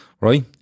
right